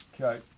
Okay